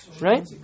right